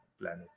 planet